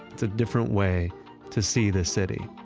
it's different way to see the city,